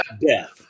death